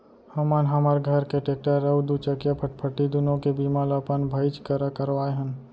हमन हमर घर के टेक्टर अउ दूचकिया फटफटी दुनों के बीमा ल अपन भाईच करा करवाए हन